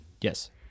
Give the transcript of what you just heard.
yes